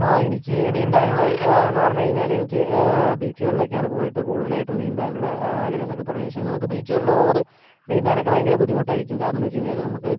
ആ എനിക്ക് നീന്താനുള്ളത് എന്ന് പറഞ്ഞു കഴിഞ്ഞാൽ എനിക്ക് ബീച്ചുകളിലൊക്കെ ആണ് പോയിട്ട് കൂടുതലായിട്ടും നീന്താനുള്ള ആഗ്രഹം എന്നൊക്കെ പറഞ്ഞാൽ പക്ഷേ നമുക്ക് ബീച്ചുകളിൽ ഓവർ നീന്താനൊക്കെ ഭയങ്കര ബുദ്ധിമുട്ടായിരിക്കും കാരണം എന്താണെന്നു വച്ചു കഴിഞ്ഞാൽ നമ്മൾക്ക്